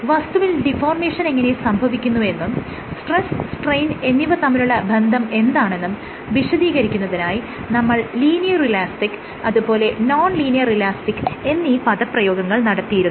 വസ്തുവിൽ ഡിഫോർമേഷൻ എങ്ങനെ സംഭവിക്കുന്നു എന്നും സ്ട്രെസ് സ്ട്രെയിൻ എന്നിവ തമ്മിലുള്ള ബന്ധം എന്താണെന്നും വിശദീകരിക്കുന്നതിനായി നമ്മൾ ലീനിയർ ഇലാസ്റ്റിക് അതുപോലെ നോൺ ലീനിയർ ഇലാസ്റ്റിക് എന്നീ പദപ്രയോഗങ്ങൾ നടത്തിയിരുന്നു